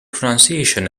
pronunciation